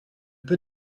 peut